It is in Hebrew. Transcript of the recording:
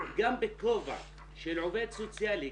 גם בכובע של עובד סוציאלי,